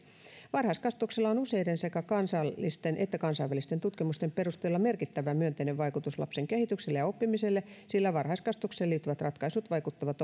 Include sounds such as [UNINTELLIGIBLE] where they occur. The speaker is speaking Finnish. varhaiskasvatuksella on useiden sekä kansallisten että kansainvälisten tutkimusten perusteella merkittävä myönteinen vaikutus lapsen kehitykselle ja oppimiselle sillä varhaiskasvatukseen liittyvät ratkaisut vaikuttavat [UNINTELLIGIBLE]